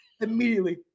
Immediately